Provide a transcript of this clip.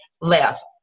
left